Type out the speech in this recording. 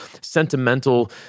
sentimental